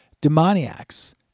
demoniacs